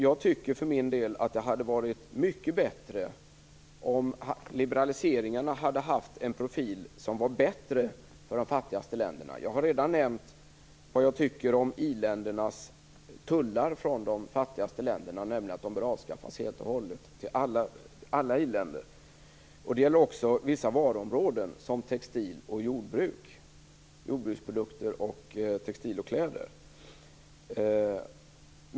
Jag tycker för min del att det hade varit mycket bättre om liberaliseringarna hade haft en profil som var bättre för de fattigaste länderna. Jag har redan nämnt vad jag tycker om i-ländernas tullar från de fattigaste länderna. Jag tycker att de bör avskaffas helt och hållet, till alla i-länder. Det gäller också vissa varuområden som jordbruksprodukter samt textil och kläder.